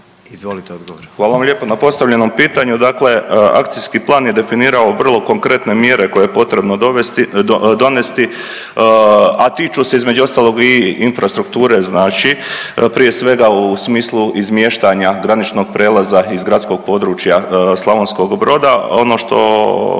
Hvala vam lijepo na postavljenom pitanju, dakle akcijski plan je definirao vrlo konkretne mjere koje je potrebno dovesti, donesti, a tiču se između ostalog i infrastrukture, znači prije svega u smislu izmještanja graničnog prijelaza iz gradskog područja Slavonskog Broda. Ono što